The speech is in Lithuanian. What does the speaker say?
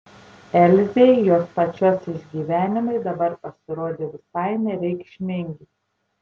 elzei jos pačios išgyvenimai dabar pasirodė visai nereikšmingi